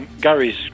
Gary's